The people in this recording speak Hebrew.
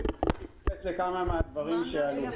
לכמה מהדברים שעלו.